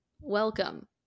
Welcome